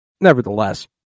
nevertheless